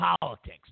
Politics